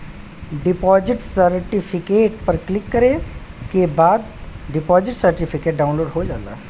deposit certificate पर click करे के बाद डिपॉजिट सर्टिफिकेट डाउनलोड हो जाला